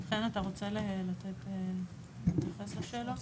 חן, אתה רוצה להתייחס לשאלות?